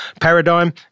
paradigm